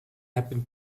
happen